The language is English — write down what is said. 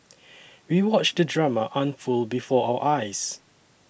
we watched the drama unfold before our eyes